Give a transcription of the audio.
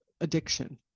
addiction